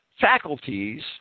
faculties